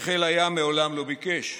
שחיל הים מעולם לא ביקש,